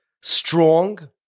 strong